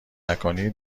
نکنی